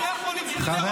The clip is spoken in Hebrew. אנחנו שלחנו